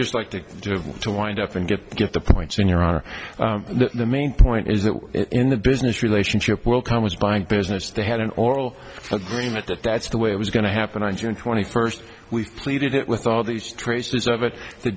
just like to to wind up and get give the points in your honor the main point is that in the business relationship will come as buying business they had an oral agreement that that's the way it was going to happen on june twenty first we pleaded with all these traces of it the